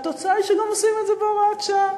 והתוצאה היא שגם עושים את זה בהוראת שעה.